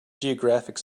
geographic